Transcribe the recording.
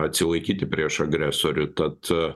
atsilaikyti prieš agresorių tad